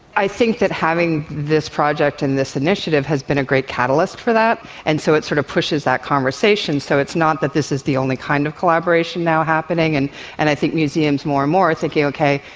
i think that having this project and this initiative has been a great catalyst for that, and so it sort of pushes that conversation, so it's not that this is the only kind of collaboration now happening. and and i think museums more and more are thinking, okay,